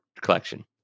collection